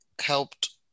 helped